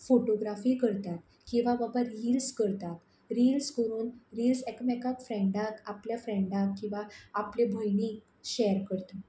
photography करता किंवां बाबा रिल्स करतात रिल्स करून रिल्स एकमेकाक फ्रँडाक आपल्या फ्रँडाक किंवां आपले भयणीक शॅर करता